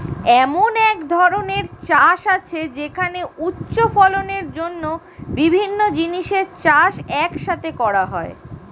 এমন এক ধরনের চাষ আছে যেখানে উচ্চ ফলনের জন্য বিভিন্ন জিনিসের চাষ এক সাথে করা হয়